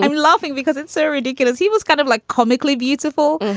and laughing because it's so ridiculous. he was kind of like comically beautiful,